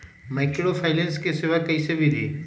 Microfinance के सेवा कइसे विधि?